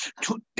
today